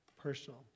personal